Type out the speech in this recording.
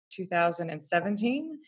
2017